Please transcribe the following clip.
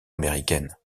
américaines